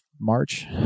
March